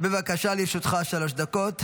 שלוש דקות.